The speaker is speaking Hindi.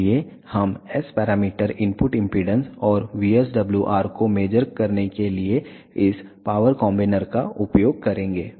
इसलिए हम एस पैरामीटर इनपुट इम्पीडेन्स और VSWR को मेज़र करने के लिए इस पावर कॉम्बिनर का उपयोग करेंगे